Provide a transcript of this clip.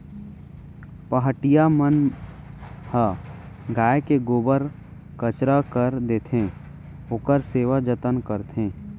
पहाटिया मन ह गाय के गोबर कचरा कर देथे, ओखर सेवा जतन करथे